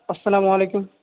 السلام وعلیکم